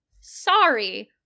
sorry